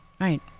Right